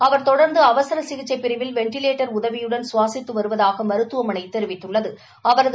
அவர் தொடர்ந்து அவசர சிகிச்சை பிரிவில் வெண்டிலேடடர் உதவியுடன் சுவாசித்து வருவதாக மருத்துவமனை தெரிவித்துள்ளது